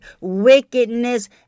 wickedness